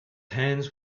hands